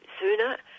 sooner